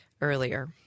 earlier